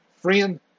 Friend